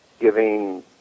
giving